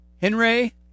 Henry